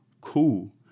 Cool